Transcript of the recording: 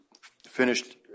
finished